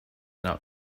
not